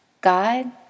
God